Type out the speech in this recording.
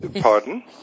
Pardon